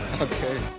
okay